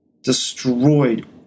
destroyed